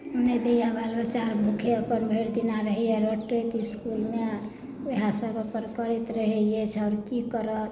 नहि दैए बाल बच्चा आओर भूखे अपन भरिदिना रहैए इस्कुलमे उएहसभ अपन करैत रहैत अछि आओर की करत